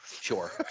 Sure